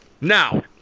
Now